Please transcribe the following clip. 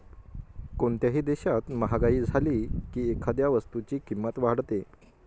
कोणत्याही देशात महागाई झाली की एखाद्या वस्तूची किंमत वाढते